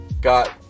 got